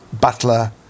Butler